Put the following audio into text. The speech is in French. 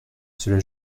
cela